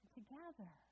Together